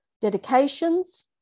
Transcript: dedications